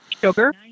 sugar